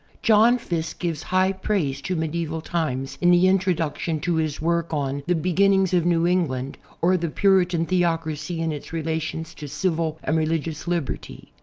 john fiske gives high i raise to medieval times in the introduction to his work on the beginnings of new england, or the puritan theocracy in its relations to civil and religious liberty.